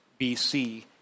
BC